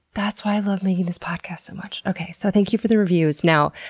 that's why i love making this podcast so much! okay, so thank you for the reviews. now,